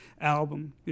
album